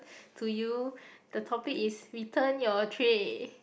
to you the topic is return your tray